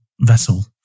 vessel